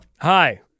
Hi